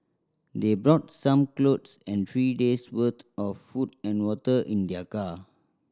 they brought some clothes and three days' worth of food and water in their car